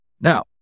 Now